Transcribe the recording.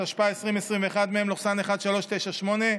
התשפ"א 2021, מ/1398,